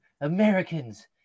Americans